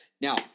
Now